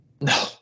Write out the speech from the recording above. no